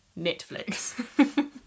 Netflix